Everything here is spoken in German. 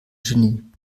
genie